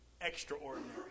extraordinary